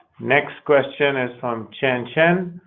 next question is from chen chen,